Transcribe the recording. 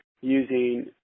using